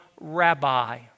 rabbi